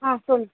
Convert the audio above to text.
ஆ சொல்